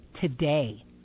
today